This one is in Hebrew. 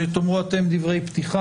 שתאמרו אתם דברי פתיחה.